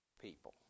people